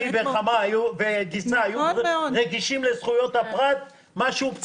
היא וגיסה היו "רגישים" לזכויות הפרט, משהו, פצצה.